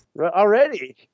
already